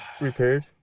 repaired